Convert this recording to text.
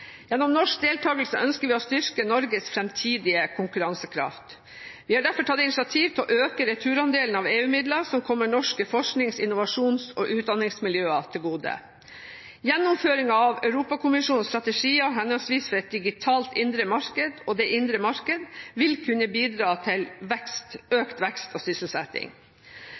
Gjennom norsk deltakelse ønsker vi å styrke Norges framtidige konkurransekraft. Vi har derfor tatt initiativ til å øke returandelen av EU-midler som kommer norske forsknings-, innovasjons- og utdanningsmiljøer til gode. Gjennomføring av Europakommisjonens strategier, henholdsvis for et digitalt indre marked og for det indre marked, vil kunne bidra til økt vekst og sysselsetting.